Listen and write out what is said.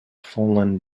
fallen